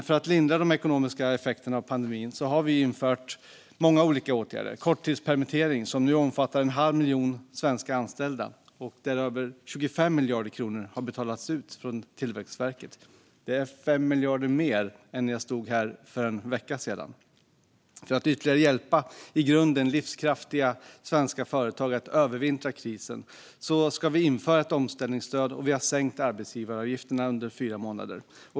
För att lindra de ekonomiska effekterna av pandemin har vi infört många olika åtgärder, till exempel korttidspermittering som nu omfattar en halv miljon svenska anställda. Över 25 miljarder kronor har betalats ut från Tillväxtverket, och det är 5 miljarder mer än när jag stod här för en vecka sedan. För att ytterligare hjälpa i grunden livskraftiga svenska företag att övervintra krisen ska vi införa ett omställningsstöd, och vi har sänkt arbetsgivaravgifterna under fyra månader.